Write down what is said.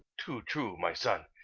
too true, my son.